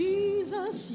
Jesus